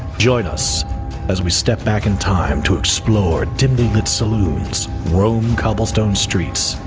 join us as we step back in time to explore dimly lit saloons, rome cobblestone streets,